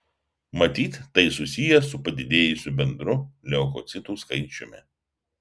matyt tai susiję su padidėjusiu bendru leukocitų skaičiumi